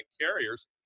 carriers